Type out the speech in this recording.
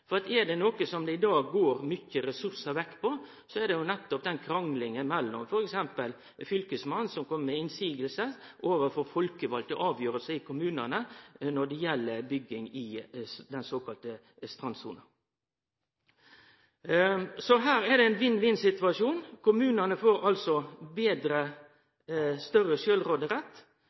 er det noko som det i dag går mykje ressursar vekk på, er det nettopp kranglinga mellom f.eks. kommunane og fylkesmannen, når fylkesmannen kjem med innvendingar mot folkevalde avgjerder i kommunane når det gjeld bygging i den såkalla strandsona. Så her er det ein vinn-vinn-situasjon. Kommunane får